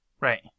Right